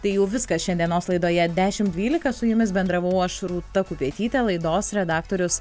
tai jau viskas šiandienos laidoje dešimt dvylika su jumis bendravau aš rūta kupeitytė laidos redaktorius